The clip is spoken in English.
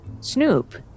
Snoop